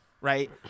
Right